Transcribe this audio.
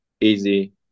easy